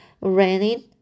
raining